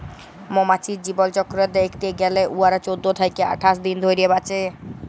মমাছির জীবলচক্কর দ্যাইখতে গ্যালে উয়ারা চোদ্দ থ্যাইকে আঠাশ দিল ধইরে বাঁচে